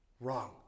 Wrong